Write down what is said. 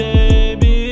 Baby